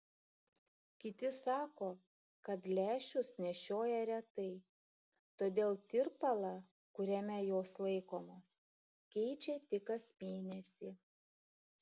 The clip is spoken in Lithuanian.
kiti sako kad lęšius nešioja retai todėl tirpalą kuriame jos laikomos keičia tik kas mėnesį